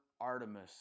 Artemis